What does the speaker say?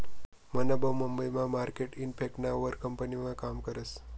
मना भाऊ मुंबई मा मार्केट इफेक्टना वर कंपनीमा काम करस